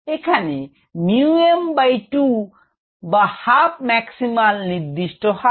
এখানে 𝜇𝑚 বাই 2 বা half maximal নির্দিস্ট হার